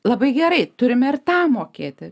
labai gerai turim ir tą mokėti